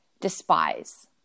despise